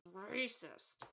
racist